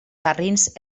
garrins